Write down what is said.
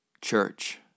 Church